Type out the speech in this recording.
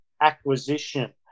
acquisition